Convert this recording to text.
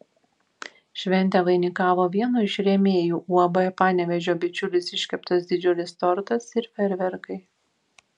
šventę vainikavo vieno iš rėmėjų uab panevėžio bičiulis iškeptas didžiulis tortas ir fejerverkai